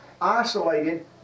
isolated